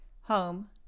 home